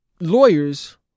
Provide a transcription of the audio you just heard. lawyers